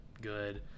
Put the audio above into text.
good